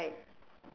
and like